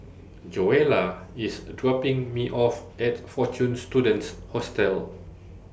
Joella IS dropping Me off At Fortune Students Hostel